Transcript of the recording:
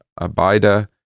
Abida